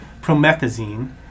promethazine